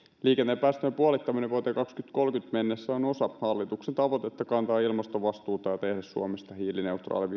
liikennepäästöjen puolittaminen vuoteen kaksituhattakolmekymmentä mennessä on osa hallituksen tavoitetta kantaa ilmastovastuuta ja tehdä suomesta hiilineutraali